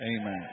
Amen